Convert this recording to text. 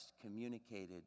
communicated